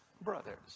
brothers